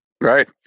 Right